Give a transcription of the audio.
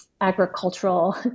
agricultural